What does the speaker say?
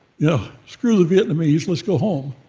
yeah, screw the vietnamese, let's go home.